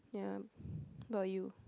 yeah what about you